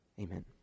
Amen